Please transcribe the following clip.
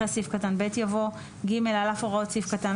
אחרי סעיף קטן (ב) יבוא: "(ג) על אף הוראות סעיף קטן